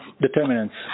Determinants